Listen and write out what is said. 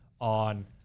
on